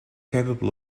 capable